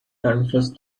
confessed